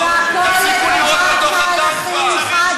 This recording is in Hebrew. אתם רק אומרים מה לא